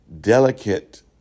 delicate